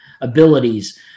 abilities